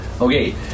Okay